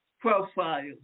profiles